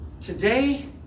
Today